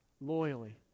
loyally